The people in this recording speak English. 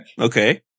Okay